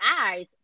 eyes